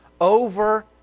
over